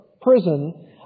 prison